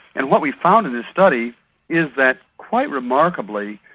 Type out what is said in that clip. and what we found in this study is that, quite remarkably,